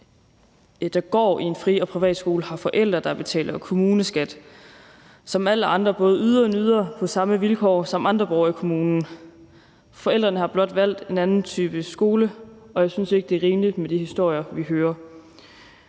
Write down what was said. der går i en fri- og privatskole, har forældre, der betaler kommuneskat, og som både yder og nyder på samme vilkår som alle andre borgere i kommunen. Forældrene har blot valgt en anden type skole, og jeg synes ikke, at de historier, vi hører,